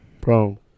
bro